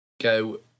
go